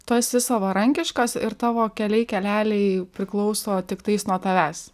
tu esi savarankiškas ir tavo keliai keleliai priklauso tiktais nuo tavęs